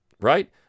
right